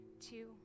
two